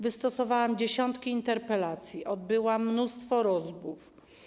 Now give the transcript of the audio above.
Wystosowałam dziesiątki interpelacji, odbyłam mnóstwo rozmów.